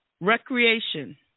Recreation